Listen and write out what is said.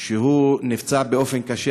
שנפצע קשה,